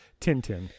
Tintin